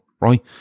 right